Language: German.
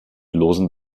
losen